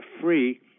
free